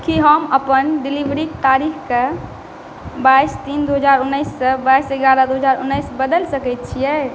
कि हम अपन डिलीवरीके तारीखके बाइस तीन दुइ हजार उनैससँ बाइस एगारह दुइ हजार उनैस बदलि सकै छिए